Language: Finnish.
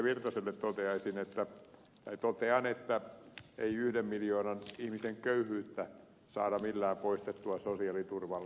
virtaselle totean että ei yhden miljoonan ihmisen köyhyyttä saada millään poistettua sosiaaliturvalla